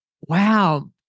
wow